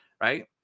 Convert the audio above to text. right